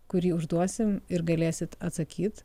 kurį užduosim ir galėsit atsakyt